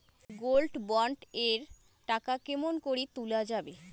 Gold bond এর টাকা কেমন করি তুলা যাবে?